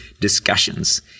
discussions